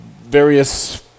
various